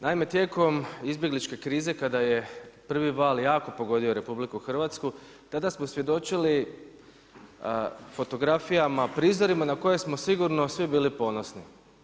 Naime, tijekom izbjegličke krize kada je prvi val jako pogodio RH, tada smo svjedočili fotografijama, prizorima na koje smo sigurno svi bili ponosni.